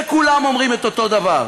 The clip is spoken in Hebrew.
וכולם אומרים את אותו דבר.